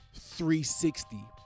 360